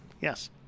Yes